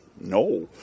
No